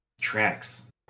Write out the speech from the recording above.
tracks